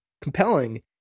compelling